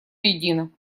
едино